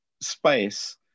space